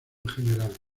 general